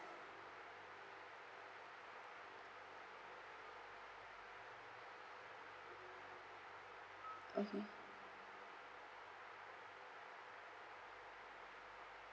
okay